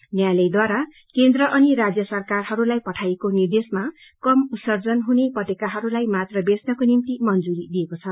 न्यायलयद्वारा केन्द्र अनि राज्य सरकारहरूलाई पठाइएको निर्देश्मा कम उर्त्सजन हुने पटेकाहरूलाई मात्र बेच्नको निम्ति मंजुरी दिइएको छ